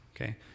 Okay